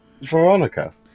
Veronica